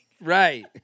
Right